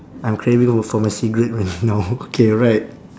I'm craving for my cigarette right now okay right